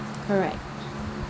correct